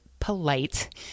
polite